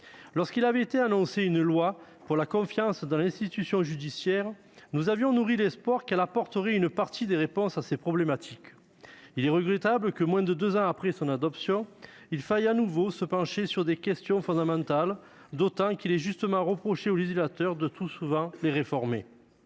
son efficacité. Lorsque la loi pour la confiance dans l'institution judiciaire avait été annoncée, nous avions nourri l'espoir qu'elle apporterait une partie des réponses à ces problématiques. Il est regrettable que, moins de deux ans après l'adoption de ce texte, il faille de nouveau se pencher sur ces questions fondamentales, d'autant qu'il est justement reproché au législateur de trop souvent réformer